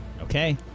Okay